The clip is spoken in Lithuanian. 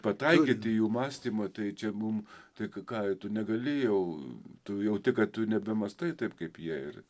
pataikyt į jų mąstymą tai čia mum tai ką tu negali jau tu jauti kad tu nebemąstai taip kaip jie ir